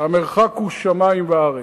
המרחק הוא שמים וארץ.